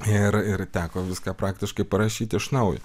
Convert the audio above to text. ir ir teko viską praktiškai parašyti iš naujo